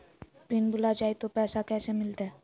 Pin भूला जाई तो पैसा कैसे मिलते?